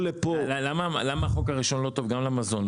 למה החוק הראשון לא טוב גם למזון?